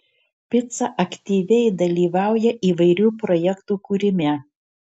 pica aktyviai dalyvauja įvairių projektų kūrime